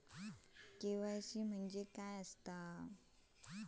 KYC म्हटल्या काय?